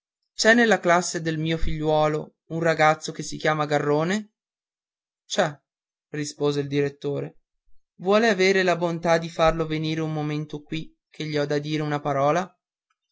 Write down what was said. c'è nella classe del mio figliuolo un ragazzo che si chiama garrone c'è rispose il direttore vuol aver la bontà di farlo venire un momento qui che gli ho da dire una parola